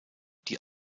die